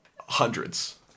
Hundreds